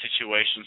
situations